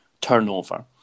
turnover